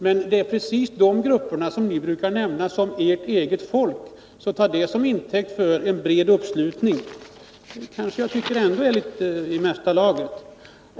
Men det är precis de grupperna som ni brukar kalla för ert eget folk, så jag tycker det är i mesta laget att ta uttalanden från detta håll till intäkt för att tala om en bred uppslutning.